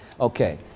Okay